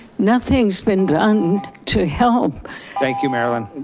nothing's been done to help thank you, marilyn.